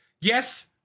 Yes